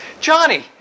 Johnny